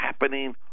happening